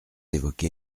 évoqué